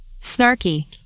Snarky